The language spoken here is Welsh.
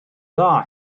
dda